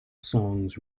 songs